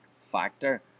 factor